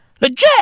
Legit